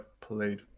played